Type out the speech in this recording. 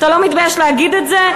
אתה לא מתבייש להגיד את זה?